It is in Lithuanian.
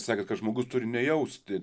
sakėt kad žmogus turi nejausti